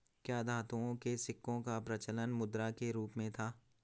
क्या धातुओं के सिक्कों का प्रचलन मुद्रा के रूप में था?